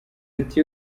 ati